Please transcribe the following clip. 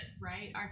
right